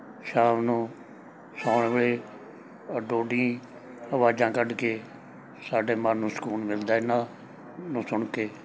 ਸ਼ਾਮ ਨੂੰ ਸੌਣ ਵੇਲੇ ਅੱਡੋ ਅੱਡੀ ਆਵਾਜ਼ਾਂ ਕੱਢ ਕੇ ਸਾਡੇ ਮਨ ਨੂੰ ਸਕੂਨ ਮਿਲਦਾ ਇਹਨਾਂ ਨੂੰ ਸੁਣ ਕੇ